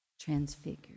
transfigured